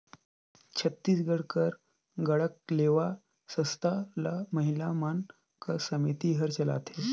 छत्तीसगढ़ कर गढ़कलेवा संस्था ल महिला मन कर समिति हर चलाथे